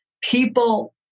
people